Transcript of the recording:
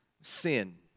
sin